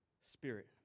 spirit